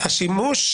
שימוש,